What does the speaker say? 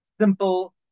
simple